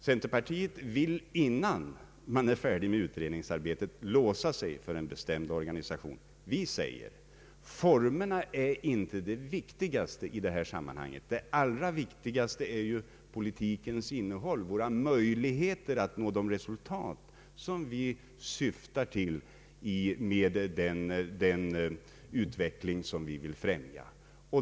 Centerpartiet vill, innan man är färdig med utredningsarbetet, låsa sig för en bestämd organisation. Vi säger att formerna inte är det viktigaste i detta sammanhang. Det allra viktigaste är ju politikens innehåll och våra möjligheter att nå de resultat som vi syftar till med den utveckling vi vill främja.